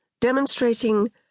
demonstrating